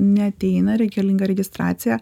neateina reikalinga registracija